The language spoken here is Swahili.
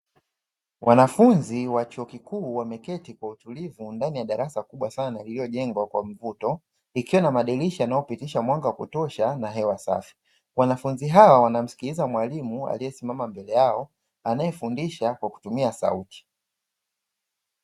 Wanafunzi wa chuo kikuu wameketi kwa utulivu ndani ya darasa kubwa sana lililojengwa kwa mvuto, likiwa na madirisha yanayopitisha mwanga wa kutosha na hewa safi. Wanafunzi hawa wanamsikiliza mwalimu aliesimama mbele yao, anaefundisha kwa kutumia sauti.